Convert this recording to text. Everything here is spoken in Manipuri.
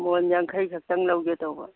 ꯃꯣꯟ ꯌꯥꯡꯈꯩ ꯈꯛꯇꯪ ꯂꯧꯒꯦ ꯇꯧꯕ